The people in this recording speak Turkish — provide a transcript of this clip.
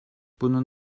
bunun